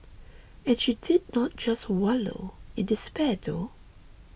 and she did not just wallow in despair though